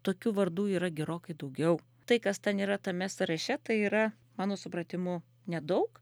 tokių vardų yra gerokai daugiau tai kas ten yra tame sąraše tai yra mano supratimu nedaug